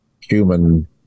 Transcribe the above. human